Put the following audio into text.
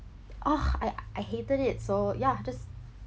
oh I I hated it so yeah just